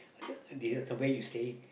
this uh some so where are you staying